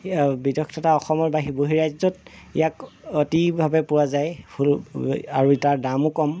বিদেশ তথা অসমৰ বহি ৰাজ্যত ইয়াক অতিভাৱে পোৱা যায় ফুল আৰু তাৰ দামো কম